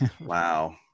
Wow